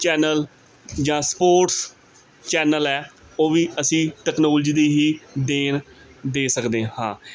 channel ਜਾਂ sports channel ਹੈ ਉਹ ਵੀ ਅਸੀਂ ਟੈਕਨੋਲਜੀ ਦੀ ਹੀ ਦੇਣ ਦੇ ਸਕਦੇ ਹਾਂ